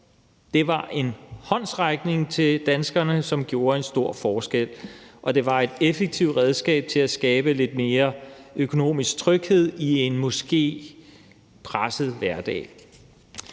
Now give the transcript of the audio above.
Det var en håndsrækning til danskerne, som gjorde en stor forskel, og det var et effektivt redskab til at skabe lidt mere økonomisk tryghed i en måske presset hverdag.